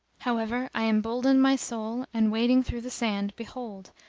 however i emboldened my soul and wading through the sand behold,